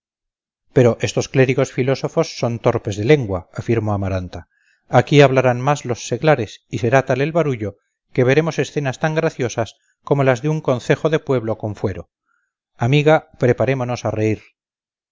pero estos clérigos filósofos son torpes de lengua afirmó amaranta aquí hablarán más los seglares y será tal el barullo que veremos escenas tan graciosas como las de un concejo de pueblo con fuero amiga preparémonos a reír